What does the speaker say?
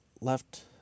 left